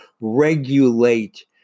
regulate